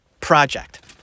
project